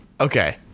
Okay